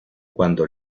cuando